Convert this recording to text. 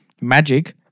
Magic